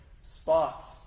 spots